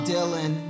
Dylan